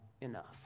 enough